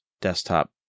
desktop